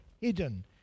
hidden